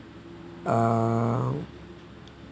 uh